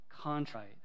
contrite